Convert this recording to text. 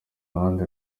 ruhande